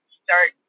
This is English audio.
start